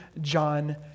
John